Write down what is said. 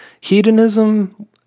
Hedonism